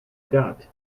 got